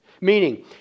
Meaning